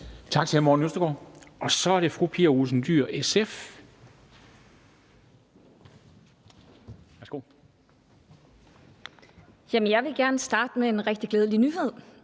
Jeg vil gerne starte med at komme med en rigtig glædelig nyhed.